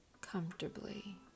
comfortably